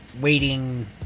waiting